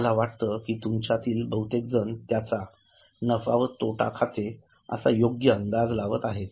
मला वाटतं की तुमच्यातील बहुतेक जण त्याचा नफा व तोटा खाते असा योग्य अंदाज लावत आहेत